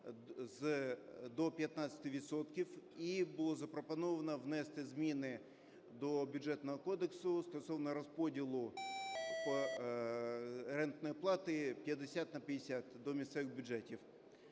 відсотків і було запропоновано внести зміни до Бюджетного кодексу стосовно розподілу рентної плати 50 на 50 до місцевих бюджетів.